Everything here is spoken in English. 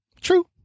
True